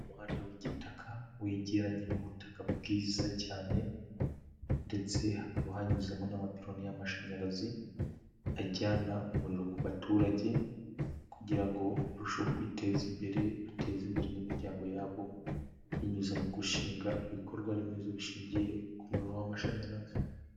Umuhanda w'igitaka wegeranye n'ubutaka bwiza cyan,e ndetse hakaba hanyuzemo n'amapironi y'amashanyarazi ajyana umuriro ku baturage, kugira ngo barusheho kwiteza imbere bateze imbere n'imiryango yabo binyuze mu gushinga ibikorwa remezo bishingiye ku muriro w'amashanyarazi.